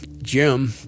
Jim